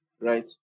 right